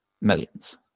millions